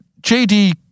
JD